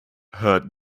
heard